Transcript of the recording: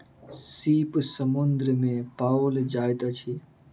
सीप समुद्र में पाओल जाइत अछि